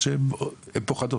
זה קורה יותר מפעם אחת.